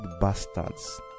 bastards